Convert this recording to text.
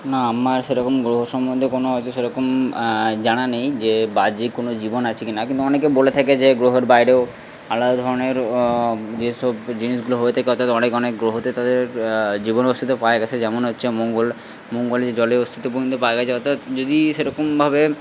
না আমার সেরকম গ্রহ সম্বন্ধে কোনো হয়তো সেরকম জানা নেই যে বাজে কোনো জীবন আছে কিনা কিন্তু অনেকে বলে থাকে যে গ্রহের বাইরেও আলাদা ধরনের যেসব জিনিসগুলো হয়ে থাকে অর্থাৎ অনেক অনেক গ্রহতে তাদের জীবনের অস্তিত্ব পাওয়া গিয়েছে যেমন হচ্ছে মঙ্গল মঙ্গলে যে জলের অস্তিত্ব পর্যন্ত পাওয়া গিয়েছে অর্থাৎ যদি সেরকমভাবে